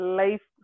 life